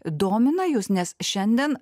domina jus nes šiandien